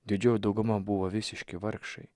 didžioji dauguma buvo visiški vargšai